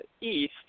East